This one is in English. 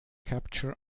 capture